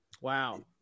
Wow